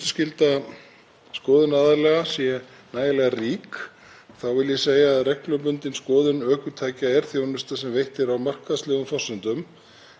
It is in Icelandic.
Eftirlit með starfsemi skoðunarstofa er fyrst og fremst bundið við gæði skoðana og þær séu framkvæmdar í samræmi við skoðunarhandbók og reglur um skoðun ökutækja.